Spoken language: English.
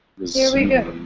here we go.